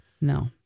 No